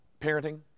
parenting